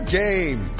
game